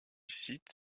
site